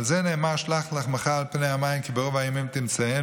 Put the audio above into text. על זה נאמר: "שלח לחמך על פני המים כי ברוב הימים תמצאנו".